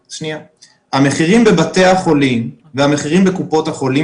המחירים בבתי החולים והמחירים בקופות החולים